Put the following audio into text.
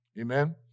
Amen